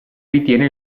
ritiene